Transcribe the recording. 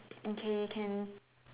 okay can